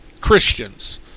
Christians